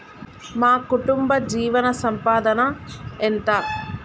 మా కుటుంబ జీవన సంపాదన ఎంత?